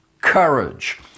courage